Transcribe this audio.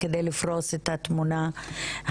על מנת לפרוס את התמונה המלאה.